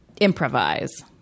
improvise